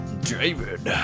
David